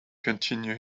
continue